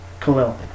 Khalil